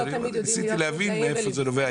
ניסיתי להבין מאיפה זה נובע,